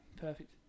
perfect